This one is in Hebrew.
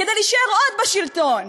כדי להישאר עוד בשלטון,